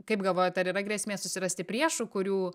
kaip galvojat ar yra grėsmė susirasti priešų kurių